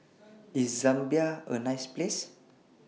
IS Zambia A nice Place